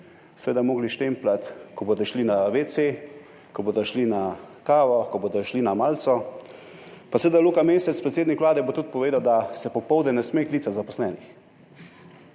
zjutraj morali štempljati, ko bodo šli na vece, ko bodo šli na kavo, ko bodo šli na malico, pa seveda Luka Mesec, predsednik Vlade, bo tudi povedal, da se popoldne ne sme klicati zaposlenih.